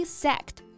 sacked